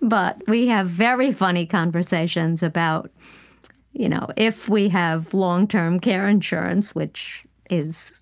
but we have very funny conversations about you know if we have long-term care insurance, which is